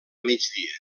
migdia